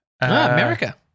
America